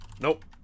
Nope